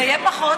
זה יהיה פחות.